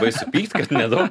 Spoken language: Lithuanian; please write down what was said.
baisu pykt kad nedaug